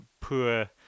poor